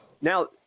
Now